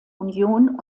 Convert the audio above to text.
union